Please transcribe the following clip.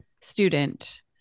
student